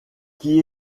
qui